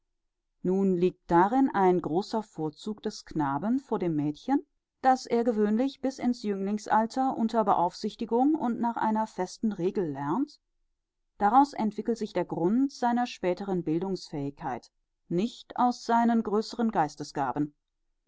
nun liegt darin ein großer vorzug des knaben vor dem mädchen daß er gewöhnlich bis in's jünglingsalter unter beaufsichtigung und nach einer festen regel lernt daraus entwickelt sich der grund seiner späteren bildungsfähigkeit nicht aus seinen größeren